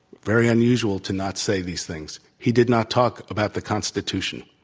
very unusual to not say these things. he did not talk about the constitution.